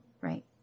right